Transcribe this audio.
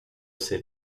ese